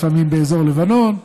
לפעמים באזור לבנון,